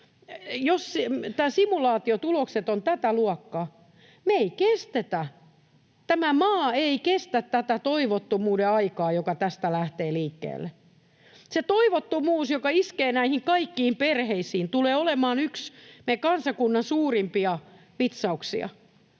Jos nämä simulaatiotulokset ovat tätä luokkaa, me ei kestetä, tämä maa ei kestä tätä toivottomuuden aikaa, joka tästä lähtee liikkeelle. Se toivottomuus, joka iskee näihin kaikkiin perheisiin, tulee olemaan yksi meidän kansakuntamme suurimpia vitsauksia.